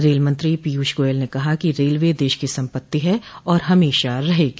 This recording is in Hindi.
रेल मंत्री पीयूष गोयल ने कहा कि रेलवे देश की सम्पत्ति है और हमेशा रहेगी